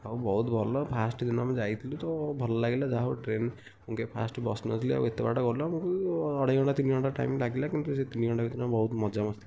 ହଁ ବହୁତ ଭଲ ଫାର୍ଷ୍ଟ୍ ଦିନ ଆମେ ଯାଇଥିଲୁ ତ ଭଲ ଲାଗିଲା ଯାହା ହେଉ ଟ୍ରେନ୍ ମୁଁ କେବେ ଫାର୍ଷ୍ଟ୍ ବସିନଥିଲି ଆଉ ଏତେ ବାଟ ଗଲୁ ଆମକୁ ଅଢ଼େଇ ଘଣ୍ଟା ତିନି ଘଣ୍ଟା ଟାଇମ୍ ଲାଗିଲା କିନ୍ତୁ ସେ ତିନି ଘଣ୍ଟା ଭିତରେ ବହୁତ ମଜାମସ୍ତି କରିକି ଗଲୁ